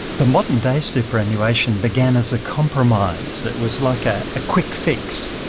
the modern-day superannuation began as a compromise. it was like ah a quick fix.